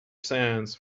sands